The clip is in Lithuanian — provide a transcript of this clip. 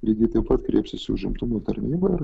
lygiai taip pat kreipsis į užimtumo tarnybą ir